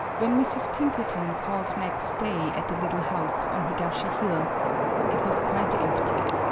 when mrs. pinkerton called next day at the little house on higashi hill it was quite empty.